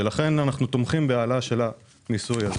לכן אנחנו תומכים בהעלאה של המיסוי הזה,